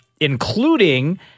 including